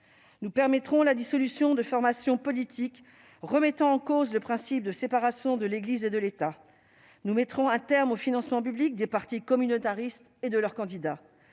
Nous permettrons la dissolution de formations politiques remettant en cause le principe de séparation de l'Église et de l'État. Nous mettrons un terme au financement public des partis communautaristes et de leurs candidats.